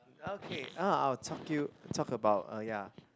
okay uh I will talk you talk about uh ya